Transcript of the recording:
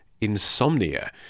insomnia